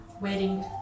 wedding